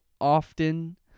often